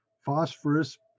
phosphorus